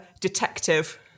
detective